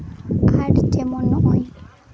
ᱟᱨ ᱡᱮᱢᱚᱱ ᱱᱚᱜᱼᱚᱭ